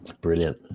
brilliant